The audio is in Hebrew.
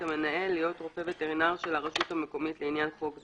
המנהל להיות רופא וטרינר של הרשות המקומית לעניין חוק זה,